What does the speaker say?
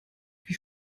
wie